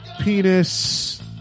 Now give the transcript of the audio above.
penis